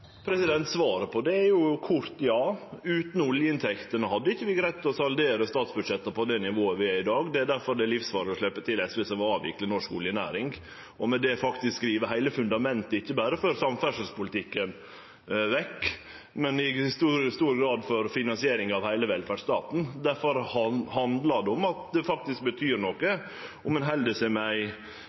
Svaret på det er – kort – ja. Utan oljeinntektene hadde vi ikkje greidd å saldere statsbudsjettet på det nivået vi er i dag. Det er difor det er livsfarleg å sleppe til SV, som vil avvikle norsk oljenæring, og med det faktisk skrive vekk heile fundamentet, ikkje berre for samferdselspolitikken, men i stor grad for finansieringa av heile velferdsstaten. Difor handlar det om at det faktisk betyr noko om ein held seg med ei